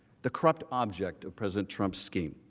the corrupt object of president trump scheme.